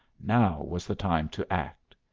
now was the time to act.